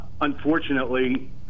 unfortunately